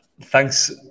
thanks